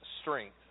strength